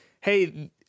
hey